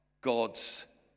God's